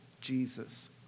Jesus